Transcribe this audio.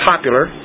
popular